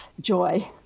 joy